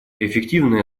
эффективное